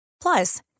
Plus